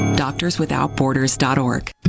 doctorswithoutborders.org